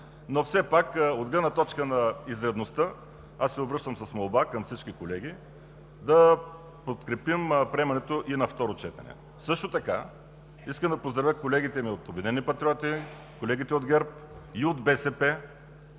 Все пак от гледна точка на изрядността се обръщам с молба към всички колеги да подкрепим приемането и на второ четене. Искам да поздравя колегите ми от „Обединените патриоти“, колегите от ГЕРБ, от БСП,